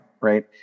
right